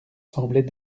semblait